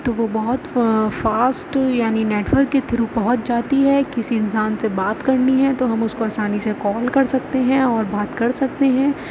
تو وہ بہت فاسٹ یعنی نیٹورک کے تھرو پہنچ جاتی ہے کسی انسان سے بات کرنی ہے تو ہم اس کو آسانی سے کال کر سکتے ہیں اور بات کر سکتے ہیں